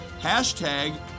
hashtag